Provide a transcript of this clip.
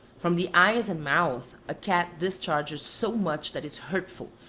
from the eyes and mouth a cat discharges so much that is hurtful,